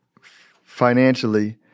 financially